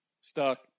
stuck